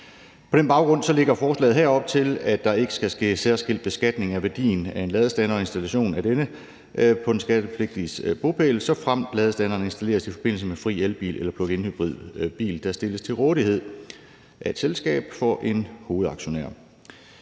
På den baggrund lægger forslaget her op til, at der ikke skal ske særskilt beskatning af værdien af en ladestander og installationen af denne på den skattepligtiges bopæl, såfremt ladestanderen installeres i forbindelse med fri elbil eller pluginhybridbil, der stilles til rådighed af et selskab for en hovedaktionær.